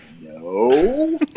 no